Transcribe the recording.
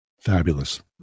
Fabulous